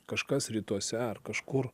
kažkas rytuose ar kažkur